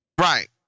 right